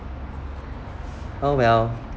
oh well